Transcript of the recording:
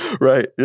right